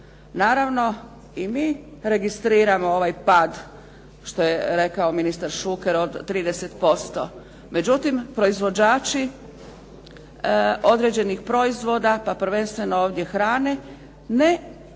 Naravno i mi registriramo ovaj pad što je rekao ministar Šuker od 30%. Međutim proizvođači određenih proizvoda pa prvenstveno ovdje hrane, ne smanjuju